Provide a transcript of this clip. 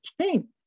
king